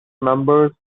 members